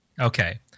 Okay